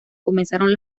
comenzaron